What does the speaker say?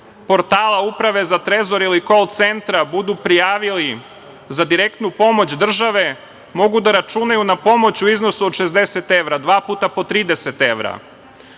portala Uprave za trezor ili kol centra budu prijavili za direktnu pomoć države mogu da računaju na pomoć u iznosu od 60 evra, dva puta po 30 evra.